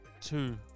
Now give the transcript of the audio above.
two